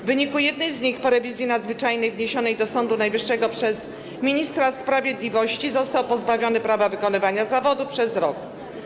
W wyniku jednej z nich, po rewizji nadzwyczajnej wniesionej do Sądu Najwyższego przez ministra sprawiedliwości, został pozbawiony prawa wykonywania zawodu przez rok.